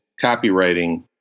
copywriting